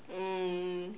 mm